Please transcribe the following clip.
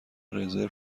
رزرو